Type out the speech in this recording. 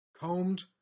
combed